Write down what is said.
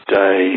day